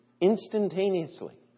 instantaneously